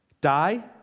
die